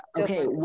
Okay